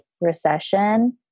recession